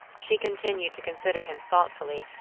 she continued to consider him thoughtfully,